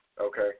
okay